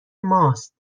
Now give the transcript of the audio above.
ماست